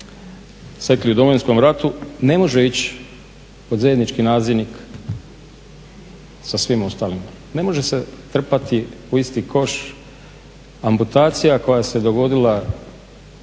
stekli u Domovinskom ratu, ne može ići pod zajednički nazivnik sa svim ostalim. Ne može se trpati u isti koš amputacija koja se dogodila